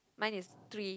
mine is three